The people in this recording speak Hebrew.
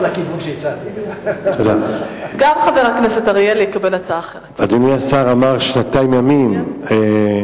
אדוני השר אמר שנתיים ימים,